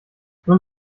nun